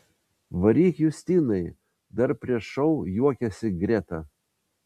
varyk justinai dar prieš šou juokėsi greta